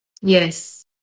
yes